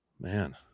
Man